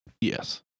Yes